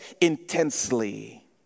intensely